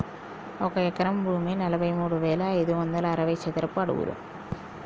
ఒక ఎకరం భూమి నలభై మూడు వేల ఐదు వందల అరవై చదరపు అడుగులు